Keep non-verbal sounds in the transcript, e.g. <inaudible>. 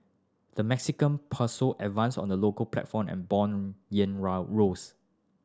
the Mexican <unintelligible> advanced on the local platform and bond <unintelligible> rose